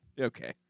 Okay